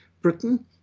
Britain